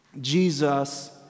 Jesus